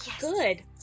Good